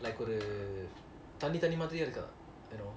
like the ஒரு தண்ணி தண்ணி மாறி இருக்கு:oru thanni thanni maari iruku you know